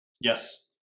Yes